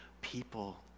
people